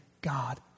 God